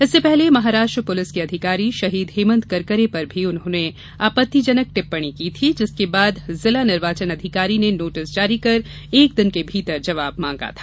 इससे पहले महाराष्ट्र पुलिस के अधिकारी शहीद हेमन्त करकरे पर भी उन्होंने आपत्तिजनक टिप्पणी की थी जिसके बाद जिला निर्वाचन अधिकारी ने नोटिस जारी कर एक दिन के भीतर जवाब मांगा था